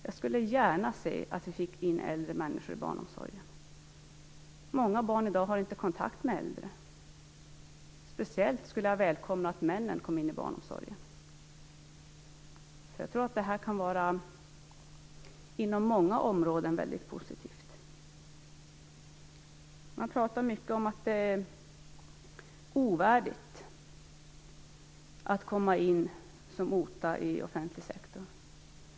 Jag skulle gärna se att vi fick in äldre människor i barnomsorgen. Många barn har inte kontakt med äldre i dag. Jag skulle speciellt välkomna att männen kom in i barnomsorgen. Jag tror att den här åtgärden kan vara positiv på många områden. Man pratar mycket om att det är ovärdigt att komma in i offentlig sektor genom OTA.